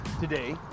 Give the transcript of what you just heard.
Today